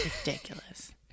ridiculous